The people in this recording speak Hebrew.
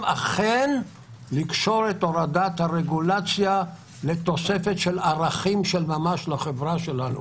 אכן לקשור את הורדת הרגולציה לתוספת של ערכים של ממש לחברה שלנו,